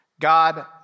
God